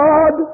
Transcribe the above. God